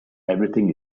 everything